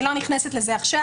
אני לא נכנסת לזה עכשיו.